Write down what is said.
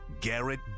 Garrett